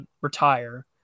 retire